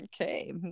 Okay